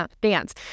dance